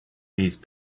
these